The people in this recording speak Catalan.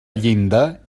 llinda